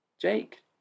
Jake